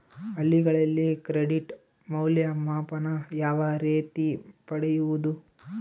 ಹಳ್ಳಿಗಳಲ್ಲಿ ಕ್ರೆಡಿಟ್ ಮೌಲ್ಯಮಾಪನ ಯಾವ ರೇತಿ ಪಡೆಯುವುದು?